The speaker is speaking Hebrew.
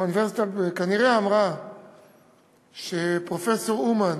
והאוניברסיטה כנראה אמרה שפרופסור אומן